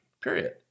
period